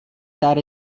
that